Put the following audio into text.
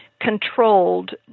controlled